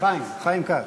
חיים כץ,